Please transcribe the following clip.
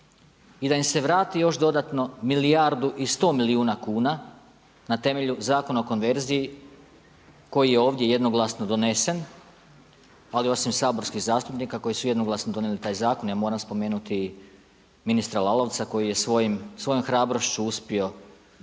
i da im se vrati još dodatno milijardu i 100 milijuna kuna na temelju Zakona o konverziji koji je ovdje jednoglasno donesen, ali osim saborskih zastupnika koji su jednoglasno donijeli taj zakon, ja moram spomenuti i ministra Lalovca koji je svojom hrabrošću uspio doprijeti